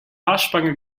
haarspange